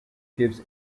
gives